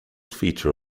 feature